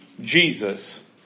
Jesus